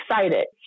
excited